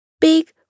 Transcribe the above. big